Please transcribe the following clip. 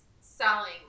selling